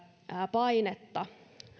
painetta myöskin